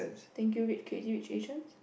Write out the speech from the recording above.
thank you rich kids rich Asians